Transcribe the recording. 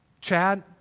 Chad